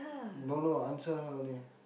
don't know answer her only